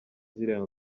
ziriya